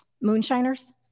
moonshiners